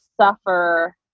suffer